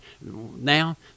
now